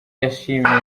yashimye